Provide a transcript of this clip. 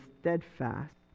steadfast